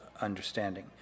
understanding